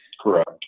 Correct